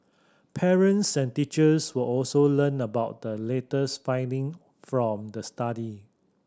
parents and teachers will also learn about the latest finding from the study